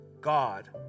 God